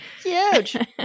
huge